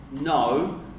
no